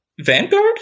Vanguard